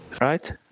right